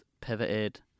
pivoted